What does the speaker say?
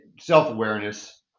self-awareness